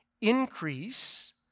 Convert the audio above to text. increase